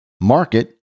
market